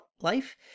life